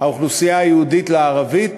האוכלוסייה היהודית לערבית,